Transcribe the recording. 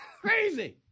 crazy